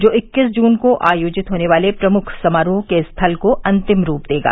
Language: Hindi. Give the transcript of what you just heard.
जो इक्कीस जून को आयोजित होने वाले प्रमुख समारोह के स्थल को अंतिम रूप देगा